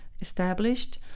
established